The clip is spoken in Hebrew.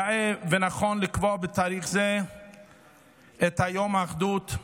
יאה ונכון לקבוע בתאריך זה את יום האחדות.